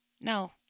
no